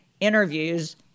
interviews